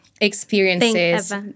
experiences